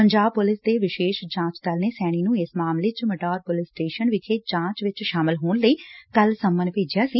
Punjab police ਦੇ ਵਿਸੇਸ਼ ਜਾਂਚ ਦਲ ਨੇ ਸੈਣੀ ਨੂੰ ਇਸ ਮਾਮਲੇ ਚ ਮਟੌਰ ਪੁਲਿਸ ਸਟੇਸ਼ਨ ਵਿਖੇ ਜਾਂਚ ਵਿਚ ਸ਼ਾਮਲ ਹੋਣ ਲਈ ਕੱਲ਼ ਸੰਮਨ ਭੇਜਿਆ ਸੀ